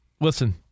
Listen